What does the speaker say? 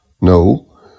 No